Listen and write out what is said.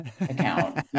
account